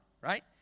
right